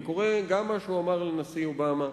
אני קורא גם מה שהוא אמר לנשיא אובמה,